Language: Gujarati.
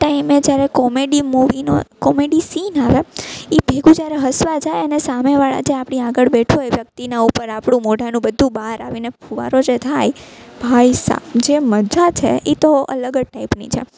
ટાઈમે જ્યારે કોમેડી મુવીનો કોમેડી સીન આવે એ ભેગુ જ્યારે હસવા જાય અને સામે વાળા જે આપણી આગળ બેઠો હોય એના ઉપર મોઢાનું બધું બહાર આવે ને ફુવારો જે થાય ભાઈસાબ જે મજા છે એ તો અલગ જ ટાઈપની છે